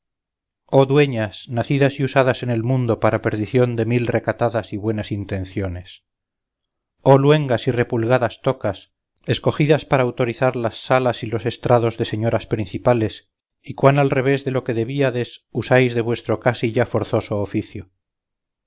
oh dueñas nacidas y usadas en el mundo para perdición de mil recatadas y buenas intenciones oh luengas y repulgadas tocas escogidas para autorizar las salas y los estrados de señoras principales y cuán al revés de lo que debíades usáis de vuestro casi ya forzoso oficio